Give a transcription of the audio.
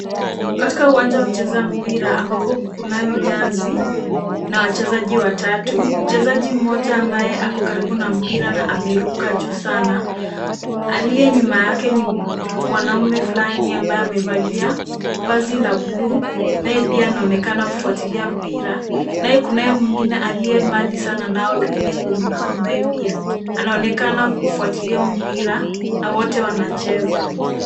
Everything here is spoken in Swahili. Katika uwanja wa kucheza mpira ambapo kunayo nyasi na wachezaji watatu, mchezaji mmoja ambaye ako karibu na mpira na ameruka juu sana. Aliye nyuma yake ni mwanaume fulani ambaye amevalia vazi la bluu, naye pia anaonekana kufuatilia mpira. Naye kunaye mwingine aliye mbali sana nao lakini ako nyuma yao ambaye pia anaonekana kufuatilia huu mpira na wote wanacheza.